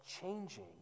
changing